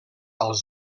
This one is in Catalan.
als